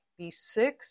B6